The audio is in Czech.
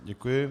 Děkuji.